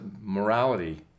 morality